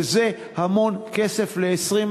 וזה המון כסף ל-25